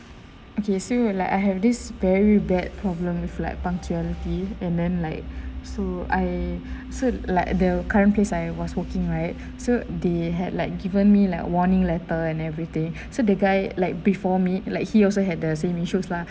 okay so like I have this very bad problem with like punctuality and then like so I so like the current place I was working right so they had like given me like a warning letter and everything so the guy like before me like he also had the same issues lah